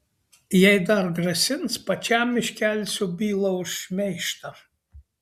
jei dar grasins pačiam iškelsiu bylą už šmeižtą